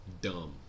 dumb